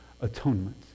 atonement